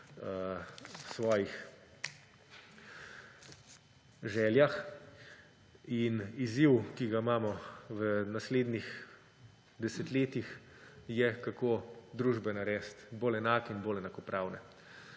svojih željah. Izziv, ki ga imamo v naslednjih desetletjih, je, kako družbe narediti bolj enake in bolj enakopravne.